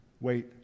Wait